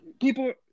people